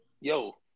yo